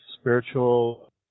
spiritual